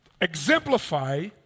exemplify